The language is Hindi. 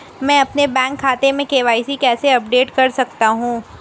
मैं अपने बैंक खाते में के.वाई.सी कैसे अपडेट कर सकता हूँ?